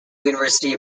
university